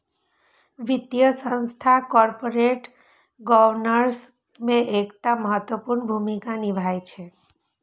वित्तीय संस्थान corporate governance मे एकटा महत्वपूर्ण भूमिका निभाबै छै